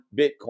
Bitcoin